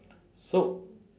so